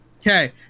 Okay